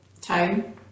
tone